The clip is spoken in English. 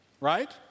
right